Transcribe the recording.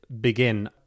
begin